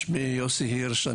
שמי יוסי הירש,